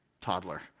toddler